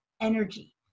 energy